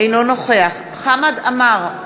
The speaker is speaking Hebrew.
אינו נוכח חמד עמאר,